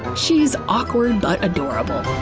she's awkward but adorable.